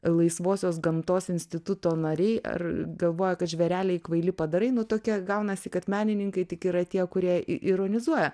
laisvosios gamtos instituto nariai ar galvoja kad žvėreliai kvaili padarai nu tokia gaunasi kad menininkai tik yra tie kurie ironizuoja